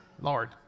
Lord